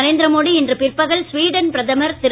நரேந்திர மோடி இன்று பிற்பகல் ஸ்வீடன் பிரதமர் திரு